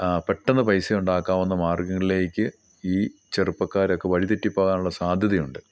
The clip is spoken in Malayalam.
പെട്ടെന്ന് പൈസ ഉണ്ടാക്കാവുന്ന മാർഗങ്ങളിലേക്ക് ഈ ചെറുപ്പക്കാരൊക്കെ വഴിതെറ്റി പോകാനുള്ള സാധ്യതയുണ്ട്